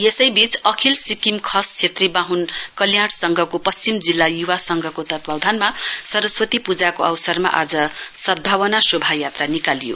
यसैबीच अखिल सिक्किम खस छेत्री बाह्न कल्याण संघको पश्चिम जिल्ला य्वा संघको तत्वावधानमा सरस्वती पूजाको अवसरमा आज सदभावना शोभायात्रा निकालियो